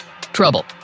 Trouble